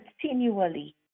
continually